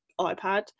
iPad